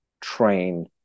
train